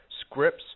scripts